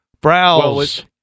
Browse